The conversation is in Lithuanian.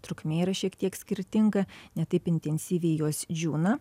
trukmė yra šiek tiek skirtinga ne taip intensyviai jos džiūna